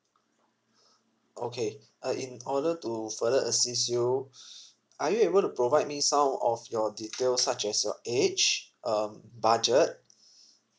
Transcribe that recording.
okay uh in order to further assist you are you able to provide me some of your details such as your age um budget